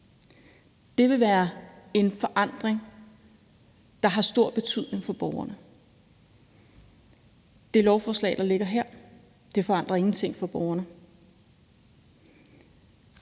Det vil være en forandring, der har stor betydning for borgerne. Det lovforslag, der ligger her, forandrer ingenting for borgerne.